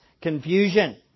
confusion